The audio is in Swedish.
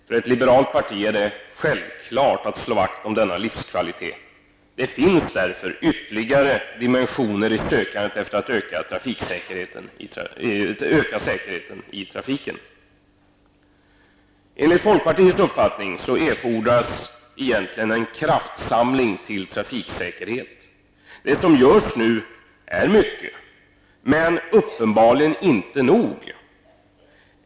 För ett liberalt parti som folkpartiet är det en självklarhet att vi skall slå vakt om denna livskvalitet. Det finns därför ytterligare dimensioner i sökandet efter att öka säkerheten i trafiken. Enligt vår uppfattning erfordras det egentligen en kraftsamling när det gäller att uppnå trafiksäkerhet. Det görs mycket nu, men uppenbarligen är det inte nog.